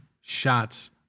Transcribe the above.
shots